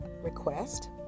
request